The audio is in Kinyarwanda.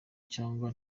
cyangwa